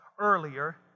earlier